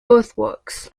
earthworks